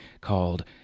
called